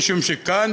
משום שכאן,